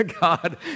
God